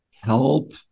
help